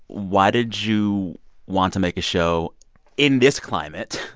why did you want to make a show in this climate.